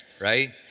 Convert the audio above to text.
Right